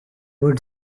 would